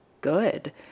good